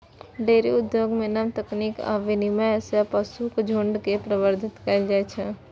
dairy उद्योग मे नव तकनीक आ विनियमन सं पशुक झुंड के प्रबंधित कैल जाइ छै